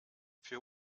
für